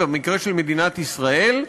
במקרה של מדינת ישראל,